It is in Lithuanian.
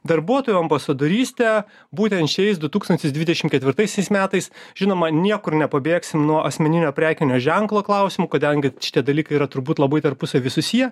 darbuotojų ambasadorystė būtent šiais du tūkstantis dvidešimt ketvirtaisiais metais žinoma niekur nepabėgsi nuo asmeninio prekinio ženklo klausimų kadangi šitie dalykai yra turbūt labai tarpusavy susiję